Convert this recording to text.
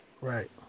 right